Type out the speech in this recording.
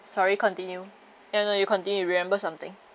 mm sorry continue ya no you continue remember something